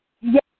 Yes